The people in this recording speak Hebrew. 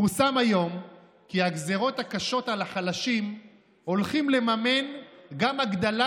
פורסם היום כי הגזרות הקשות על החלשים הולכות לממן גם הגדלה